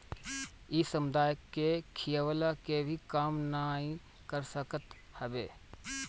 इ समुदाय के खियवला के भी काम नाइ कर सकत हवे